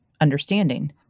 understanding